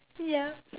ya